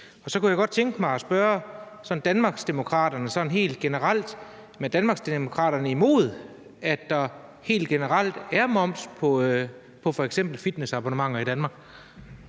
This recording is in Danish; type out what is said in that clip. sig. Så kunne jeg godt tænke mig at spørge Danmarksdemokraterne helt generelt: Er Danmarksdemokraterne imod, at der helt generelt er moms på f.eks. fitnessabonnementer i Danmark?